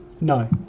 no